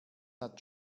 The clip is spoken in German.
hat